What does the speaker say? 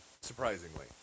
surprisingly